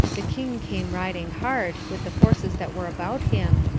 the king came riding hard, with the forces that were about him,